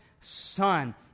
son